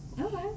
Okay